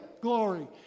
glory